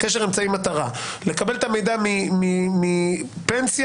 לקבל את המידע מפנסיה,